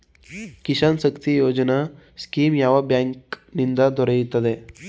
Kisan Shakti Yojana scheme ಯಾವ bank ನಿಂದ ದೊರೆಯುತ್ತದೆ?